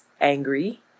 angry